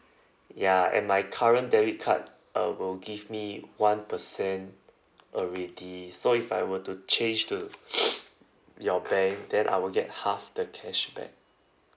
ya and my current debit card uh will give me one percent already so if I were to change to your bank then I will get half the cashback